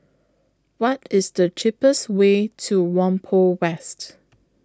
What IS The cheapest Way to Whampoa West